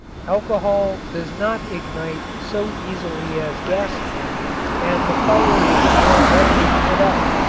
alcohol does not ignite so easily as gasoline and the fire is more readily put out,